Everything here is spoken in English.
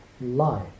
life